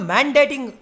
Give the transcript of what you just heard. Mandating